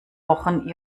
wochen